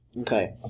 Okay